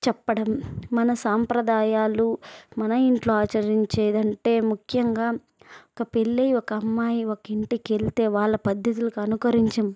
చెప్పడం మన సాంప్రదాయాలు మన ఇంట్లో ఆచరించేదంటే ముఖ్యంగా ఒక పెళ్ళి ఒక అమ్మాయి ఒక ఇంటికెళ్తే వాళ్ళ పద్ధతులను అనుకరించి